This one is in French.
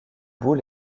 bout